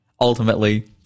ultimately